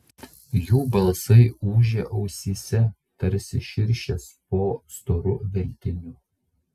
jų balsai ūžė ausyse tarsi širšės po storu veltiniu